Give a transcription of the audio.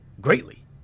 greatly